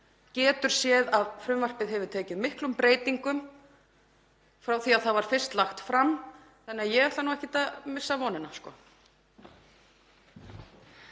getur séð að frumvarpið hefur tekið miklum breytingum frá því að það var fyrst lagt fram þannig að ég ætla ekki að missa vonina.